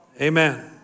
Amen